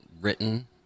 written